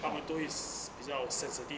他们都会 s~ 比较 sensitive